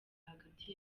hagati